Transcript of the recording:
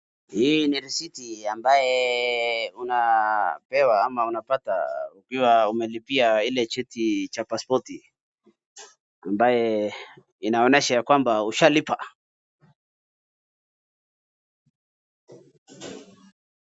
Hii ni risiti ambaye unapewa ama unapata ukiwa umelipia ile cheti cha paspoti, ambaye inaonyesha ya kwamba ushalipa.